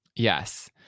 Yes